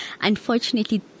unfortunately